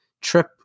trip